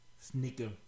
Sneaker